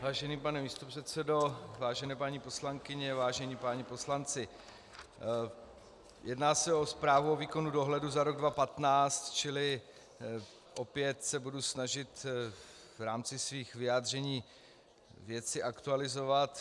Vážený pane místopředsedo, vážené paní poslankyně, vážení páni poslanci, jedná se o Zprávu o výkonu dohledu za rok 2015, čili opět se budu snažit v rámci svých vyjádření věci aktualizovat.